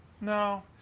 No